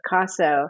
Picasso